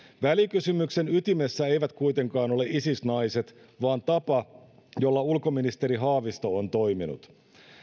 välikysymyksen ytimessä eivät kuitenkaan ole isis naiset vaan tapa jolla ulkoministeri haavisto on toiminut